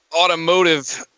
automotive